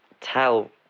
tell